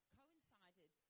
coincided